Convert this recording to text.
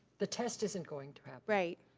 the test isn't going to happen. right.